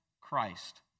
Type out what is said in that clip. Christ